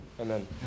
Amen